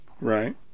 Right